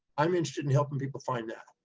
i'm interested in helping people find that,